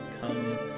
come